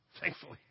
Thankfully